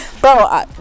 bro